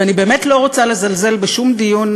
ואני באמת לא רוצה לזלזל בשום דיון